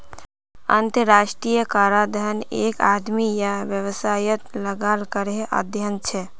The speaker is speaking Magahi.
अंतर्राष्ट्रीय कराधन एक आदमी या वैवसायेत लगाल करेर अध्यन छे